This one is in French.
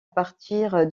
partir